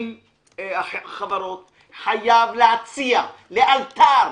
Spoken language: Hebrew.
עם החברות, חייב להציע לאלתר